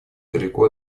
далеко